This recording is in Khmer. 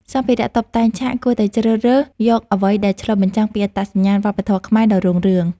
សម្ភារៈតុបតែងឆាកគួរតែជ្រើសរើសយកអ្វីដែលឆ្លុះបញ្ចាំងពីអត្តសញ្ញាណវប្បធម៌ខ្មែរដ៏រុងរឿង។